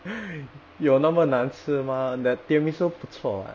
有那么难吃吗你的 tiramisu 不错 [what]